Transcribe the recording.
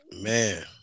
Man